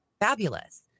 fabulous